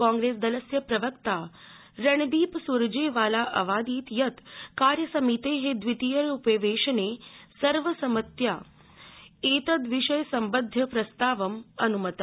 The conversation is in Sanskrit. कांग्रेस दलस्य प्रवक्ता रणदीपस्रजेवाला अवादीत् यत् कार्यसमिते दवितीयपवेशने सर्वसम्मत्या एतद विषय समबदध प्रस्तावं अनुमतम